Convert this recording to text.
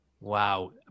Wow